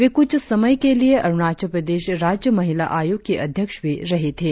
वे कुछ समय के लिए अरुणाचल प्रदेश राज्य महिला आयोग की अध्यक्ष भी रही थी